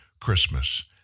Christmas